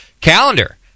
calendar